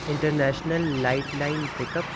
international light line pick up